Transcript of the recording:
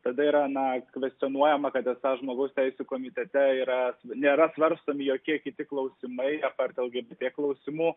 tada yra na kvestionuojama kad esą žmogaus teisių komitete yra nėra svarstomi jokie kiti klausimai aptart lgbt klausimų